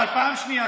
אבל פעם שנייה,